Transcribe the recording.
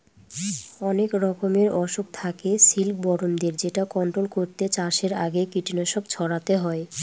অনেক রকমের অসুখ থাকে সিল্কবরমদের যেটা কন্ট্রোল করতে চাষের আগে কীটনাশক ছড়াতে হয়